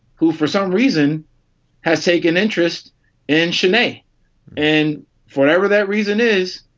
who for some reason has taken interest in chinny and for whatever that reason is.